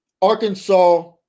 Arkansas